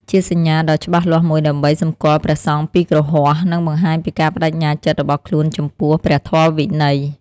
ជាសញ្ញាដ៏ច្បាស់លាស់មួយដើម្បីសម្គាល់ព្រះសង្ឃពីគ្រហស្ថ និងបង្ហាញពីការប្តេជ្ញាចិត្តរបស់ខ្លួនចំពោះព្រះធម៌វិន័យ។